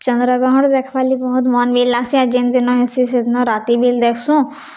ଚନ୍ଦ୍ରଗ୍ରହଣ୍ ଦେଖ୍ବାର୍ ଲାଗି ବହୁତ୍ ମନ୍ ବି ଲାଗ୍ସି ଆଉ ଯେନ୍ ଦିନ ହେସି ସେଦିନ ରାତି ବି ଦେଖ୍ସୁଁ